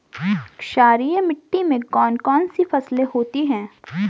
क्षारीय मिट्टी में कौन कौन सी फसलें होती हैं?